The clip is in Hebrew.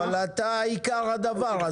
אבל אתה עיקר הדבר,